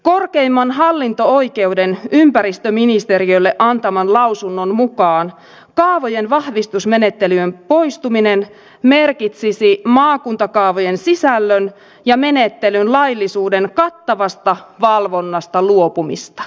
korkeimman hallinto oikeuden ympäristöministeriölle antaman lausunnon mukaan kaavojen vahvistusmenettelyn poistuminen merkitsisi maakuntakaavojen sisällön ja menettelyn laillisuuden kattavasta valvonnasta luopumista